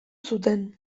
zuten